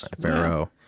Pharaoh